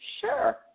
sure